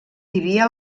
vivia